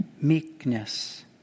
meekness